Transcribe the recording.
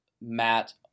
Matt